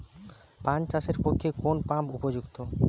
পান চাষের পক্ষে কোন পাম্প উপযুক্ত?